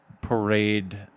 parade